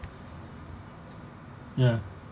ya